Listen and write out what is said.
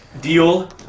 deal